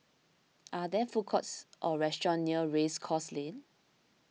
are there food courts or restaurants near Race Course Lane